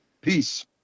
Peace